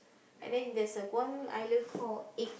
and then there's a one island called egg